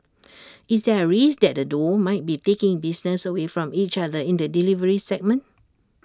is there A risk that the duo might be taking business away from each other in the delivery segment